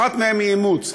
אחת מהן היא אימוץ,